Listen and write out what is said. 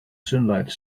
sunlight